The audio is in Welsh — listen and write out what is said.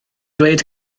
dweud